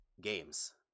games